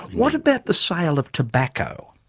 what about the sale of tobacco?